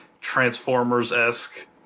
Transformers-esque